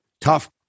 tough